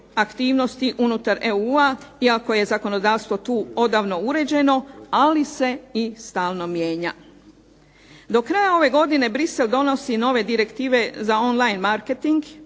aktivnosti unutar EU-a iako je zakonodavstvo tu uređeno, ali se i stalno mijenja. Do kraja ove godine Bruxelles donosi nove direktive za on line marketing